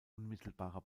unmittelbarer